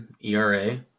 ERA